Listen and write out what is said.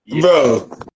Bro